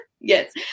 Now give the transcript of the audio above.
Yes